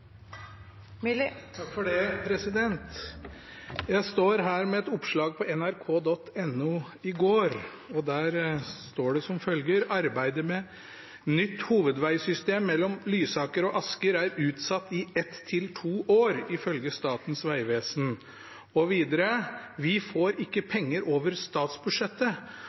som følger: «Arbeidet med nytt hovedveisystem mellom Lysaker og Asker er utsatt i ett til to år, ifølge Statens vegvesen.» Og videre: «Vi får ikke penger over statsbudsjettet,